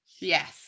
Yes